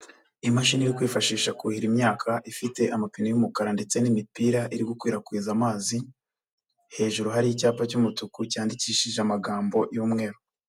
Imashini yo kwifashisha kuhira imyaka ifite amapine y'umukara ndetse n'imipira iri gukwirakwiza amazi, hejuru hariho icyapa cy'umutuku cyandikishije amagambo y'umweru.